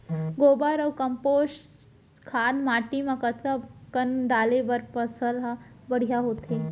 गोबर अऊ कम्पोस्ट खाद माटी म कतका कन डाले बर फसल ह बढ़िया होथे?